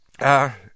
Ah